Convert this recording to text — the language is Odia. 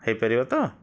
ହେଇପାରିବ ତ